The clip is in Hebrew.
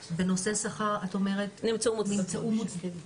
מהקבילות בנושא שכר נמצאו מוצדקות?